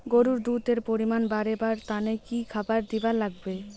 গরুর দুধ এর পরিমাণ বারেবার তানে কি খাবার দিবার লাগবে?